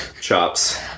chops